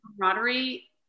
Camaraderie